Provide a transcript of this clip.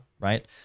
right